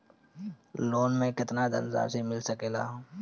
Loan मे केतना धनराशी मिल सकेला?